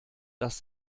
dass